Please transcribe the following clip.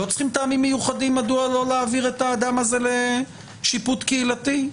לא צריכים טעמים מיוחדים מדוע לא להעביר את האדם הזה לשיפוט קהילתי?